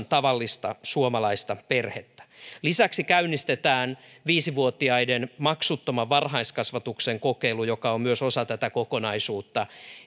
tavallista suomalaista perhettä lisäksi käynnistetään viisi vuotiaiden maksuttoman varhaiskasvatuksen kokeilu joka on myös osa tätä kokonaisuutta